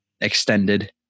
extended